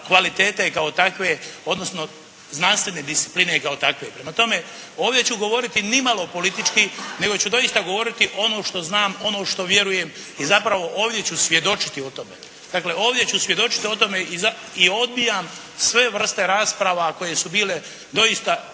kvalitete kao takve odnosno znanstvene discipline kao takve. Prema tome, ovdje ću govoriti nimalo politički nego ću doista govoriti ono što znam, ono što vjerujem i zapravo ovdje ću svjedočiti o tome. Dakle, ovdje ću svjedočiti o tome i odbijam sve vrste rasprava koje su bile doista